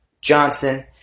Johnson